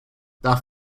darf